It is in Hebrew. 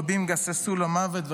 רבים גססו למוות,